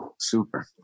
Super